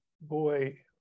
boy